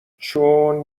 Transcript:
چون